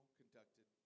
conducted